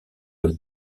comme